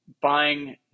buying